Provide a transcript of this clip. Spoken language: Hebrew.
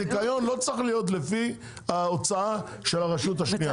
הזיכיון לא צריך להיות לפי ההוצאה של הרשות השנייה.